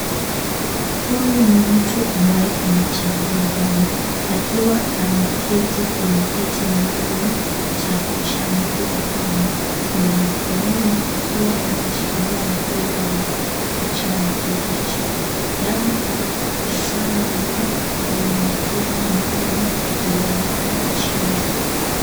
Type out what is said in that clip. Huyu ni mtu ambaye anachangia damu akiwa ameketi kwenye kiti maalum cha kuchangia damu na mkononi akiwa ameshikilia mpira wa kijani kibichi. Damu inakusanywa kwenye mfuko maalum ulioonekana chini.